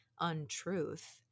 untruth